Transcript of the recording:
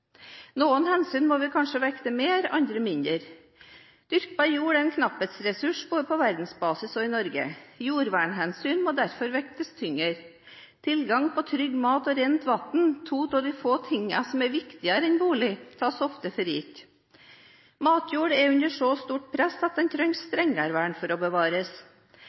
Noen hensyn må vi kanskje vekte mer, andre mindre. Dyrkbar jord er en knapphetsressurs både på verdensbasis og i Norge. Jordvernhensyn må derfor vektes tyngre. Tilgang på trygg mat og rent vann, to av de få tingene som er viktigere enn bolig, tas ofte for gitt. Matjord er under så stort press at den trenger strengere vern for å bevares.